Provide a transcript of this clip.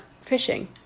fishing